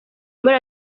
muri